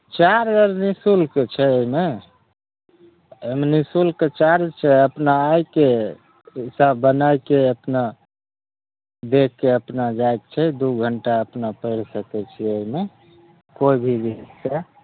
charge आर निःशुल्क छै ओइमे ओइमे निःशुल्क चार्ज छै अपना आयके हिसाब बनाइके अपना देखिके अपना जाइके छै दू घण्टा अपना पढ़ि सकइ छियै ओइमे कोइ भी विषय